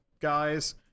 guys